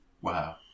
Wow